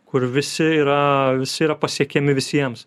kur visi yra visi yra pasiekiami visiems